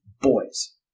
boys